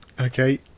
Okay